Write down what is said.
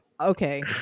okay